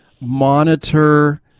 monitor